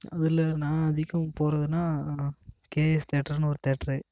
அதில் நான் அதிகம் போகிறதுன்னா நான் கேஎஸ் தேட்டருன்னு ஒரு தேட்ரு